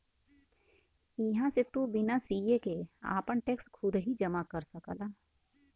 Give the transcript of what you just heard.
इहां से तू बिना सीए के आपन टैक्स खुदही जमा कर सकला